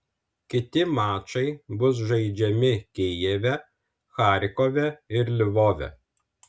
kiti mačai bus žaidžiami kijeve charkove ir lvove